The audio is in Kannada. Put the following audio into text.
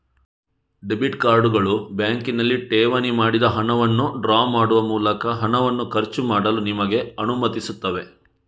ಡೆಬಿಟ್ ಕಾರ್ಡುಗಳು ಬ್ಯಾಂಕಿನಲ್ಲಿ ಠೇವಣಿ ಮಾಡಿದ ಹಣವನ್ನು ಡ್ರಾ ಮಾಡುವ ಮೂಲಕ ಹಣವನ್ನು ಖರ್ಚು ಮಾಡಲು ನಿಮಗೆ ಅನುಮತಿಸುತ್ತವೆ